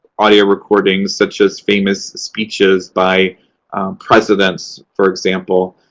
audio recordings, such as famous speeches by presidents, for example.